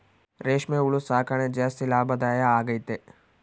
ರೇಷ್ಮೆ ಹುಳು ಸಾಕಣೆ ಜಾಸ್ತಿ ಲಾಭದಾಯ ಆಗೈತೆ